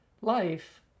life